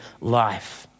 life